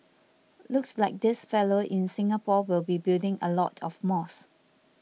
looks like this fellow in Singapore will be building a lot of mosques